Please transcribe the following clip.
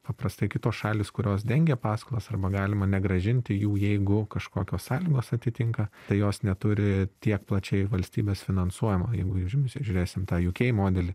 paprastai kitos šalys kurios dengia paskolas arba galima negrąžinti jų jeigu kažkokios sąlygos atitinka tai jos neturi tiek plačiai valstybės finansuojamo jeigu žim žiūrėsim tą uk modelį